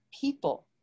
people